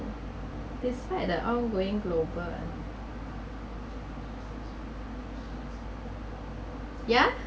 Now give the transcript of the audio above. describe the ongoing global yeah